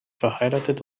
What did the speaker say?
verheiratet